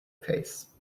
case